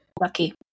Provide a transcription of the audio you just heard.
lucky